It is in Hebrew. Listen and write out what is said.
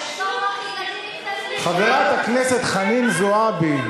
חברת הכנסת חנין זועבי.